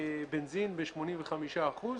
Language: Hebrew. בנזין ב-85%.